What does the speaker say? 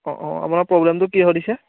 অঁ অঁ আপোনাৰ প্ৰব্লেমটো কিহৰ দিছে